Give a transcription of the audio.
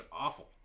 awful